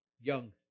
young